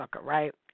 right